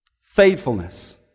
faithfulness